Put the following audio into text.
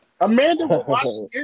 Amanda